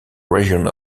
region